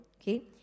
okay